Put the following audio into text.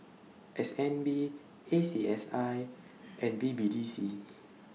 S N B A C S I and B B D C